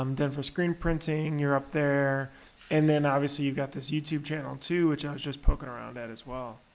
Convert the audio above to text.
um then for screen printing you're up there and then obviously you've got this youtube channel too which i was just poking around at as well.